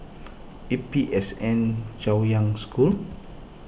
A P S N Chaoyang School